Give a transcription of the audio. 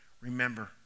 remember